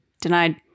Denied